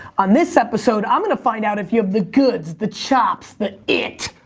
on this episode, i'm gonna find out if you have the goods, the chops, the it.